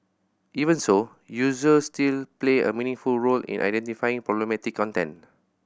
even so users still play a meaningful role in identifying problematic content